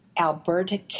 Alberta